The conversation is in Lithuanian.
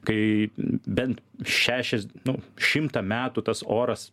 kai bent šešias nu šimtą metų tas oras